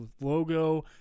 logo